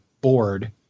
board